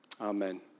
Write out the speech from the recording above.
Amen